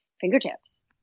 fingertips